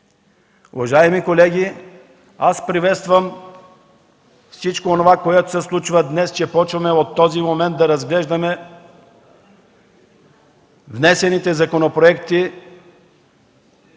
Уважаеми колеги, аз приветствам всичко онова, което се случва днес – че започваме от този момент да разглеждаме внесените законопроекти